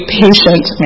patient